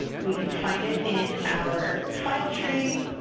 we can find it in our file tree.